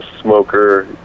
smoker